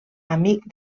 amic